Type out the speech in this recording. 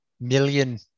million